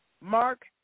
Mark